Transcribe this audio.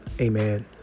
amen